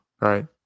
right